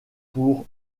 pour